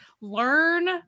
learn